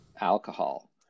alcohol